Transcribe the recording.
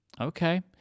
Okay